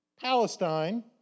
Palestine